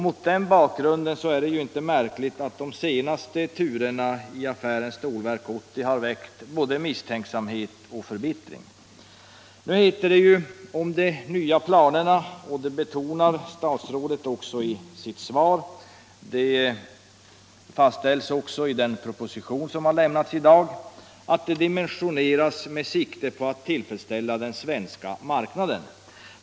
Mot den bakgrunden är det inte märkligt att de senaste turerna i affären Stålverk 80 har väckt både misstänksamhet och förbittring. Om de nya planerna heter det — det betonar statsrådet också i sitt svar och i den proposition som har lämnats i dag — att de dimensioneras med sikte på att tillfredsställa den svenska marknaden.